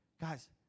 Guys